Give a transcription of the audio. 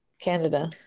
Canada